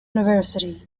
university